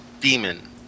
demon